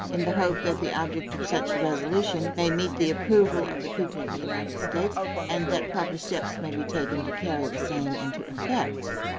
in the hope that the object of such resolution may meet the approval of the people of the united states and that proper steps may be taken to carry the same into effect.